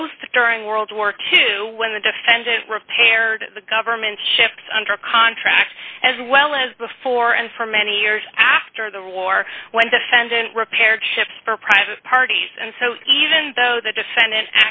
both during world war two when the defendant repaired the government ships under contract as well as before and for many years after the war when defendant repaired ships for private parties and so even though the defendant